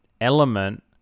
element